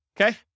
Okay